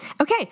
Okay